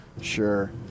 Sure